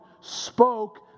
spoke